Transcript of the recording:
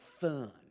fun